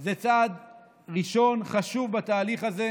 הוא צעד ראשון וחשוב בתהליך הזה,